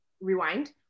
rewind